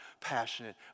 passionate